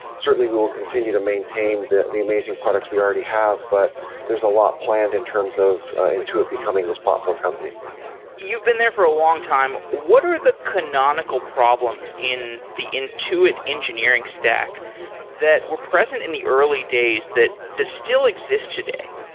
certainly we will continue to maintain the the amazing products we already have, but there's a lot planned in terms of intuit becoming this platform company you've been there for a long time. what are the canonical problems in the intuit engineering stack that were present in the early days that still exists today?